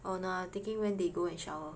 oh no I'm thinking when they go and shower